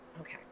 Okay